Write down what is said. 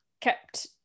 kept